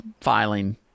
filing